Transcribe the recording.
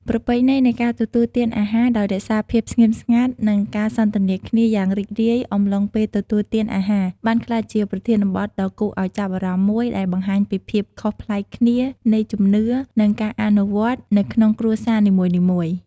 ប្រពៃណីនៃការទទួលទានអាហារដោយរក្សាភាពស្ងៀមស្ងាត់ និងការសន្ទនាគ្នាយ៉ាងរីករាយអំឡុងពេលទទួលទានអាហារ បានក្លាយជាប្រធានបទដ៏គួរឱ្យចាប់អារម្មណ៍មួយ ដែលបង្ហាញពីភាពខុសប្លែកគ្នានៃជំនឿ និងការអនុវត្តនៅក្នុងគ្រួសារនីមួយៗ។